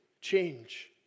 change